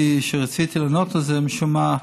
שרציתי לענות על זה, ומשום מה,